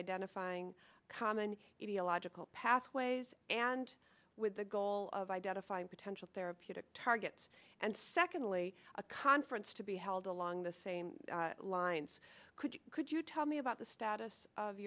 identifying common logical pathways and with the goal of identifying potential therapeutic targets and secondly a conference to be held along the same lines could you could you tell me about the status of